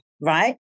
Right